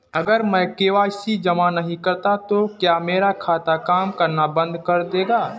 अगर मैं के.वाई.सी जमा नहीं करता तो क्या मेरा खाता काम करना बंद कर देगा?